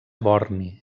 borni